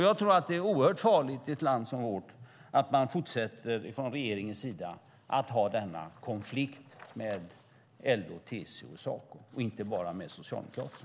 Jag tror att det är oerhört farligt att i ett land som vårt från regeringens sida fortsätta att ha denna konflikt med LO, TCO och Saco - och inte bara med Socialdemokraterna.